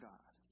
God